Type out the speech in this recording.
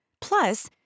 Plus